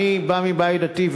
אני בא מבית דתי,